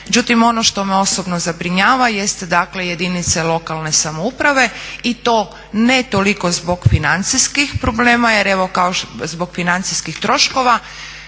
Međutim, ono što me osobno zabrinjava jeste dakle jedinice lokalne samouprave i to ne toliko zbog financijskih troškova. Kao što smo danas čuli dakle